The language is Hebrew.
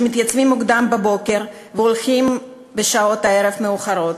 שמתייצבים מוקדם בבוקר והולכים בשעות הערב המאוחרות,